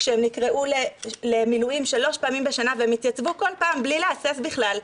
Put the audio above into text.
כשהם נקראו למילואים שלוש פעמים בשנה והם התייצבו כל פעם בלי להסס בכלל.